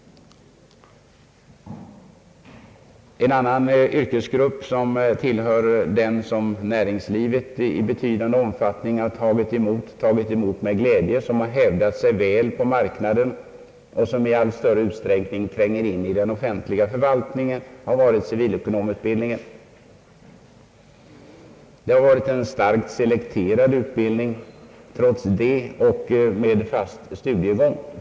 En yrkesgrupp, som näringslivet har tagit emot med giädje, som har hävdat sig väl på marknaden och som i allt större utsträckning tränger in i den offentliga förvaltningen, är civilekonomerna. Det har varit en starkt selekterad utbildning med fast studiegång.